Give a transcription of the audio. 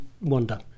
wonder